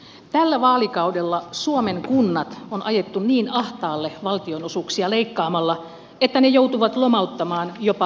tällä vaalikaudella suomen kunnat on ajettu niin ahtaalle valtionosuuksia leikkaamalla että ne joutuvat lomauttamaan jopa lastensuojelusta